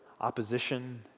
Opposition